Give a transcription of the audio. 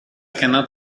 cannot